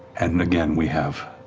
and and again, we have